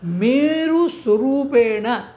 मेरुस्वरूपेण